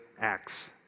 acts